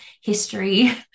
history